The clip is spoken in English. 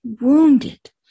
Wounded